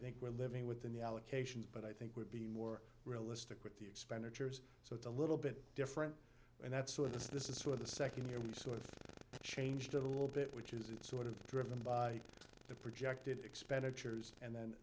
think we're living within the allocations but i think would be more realistic with the expenditures so it's a little bit different and that's what this is for the second year we sort of changed a little bit which is it's sort of driven by the projected expenditures and then